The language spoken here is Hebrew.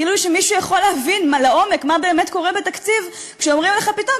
כאילו שמישהו יכול להבין לעומק מה באמת קורה בתקציב כשאומרים לך פתאום,